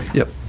yep.